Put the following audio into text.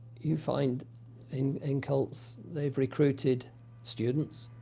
you find in in cults, they've recruited students,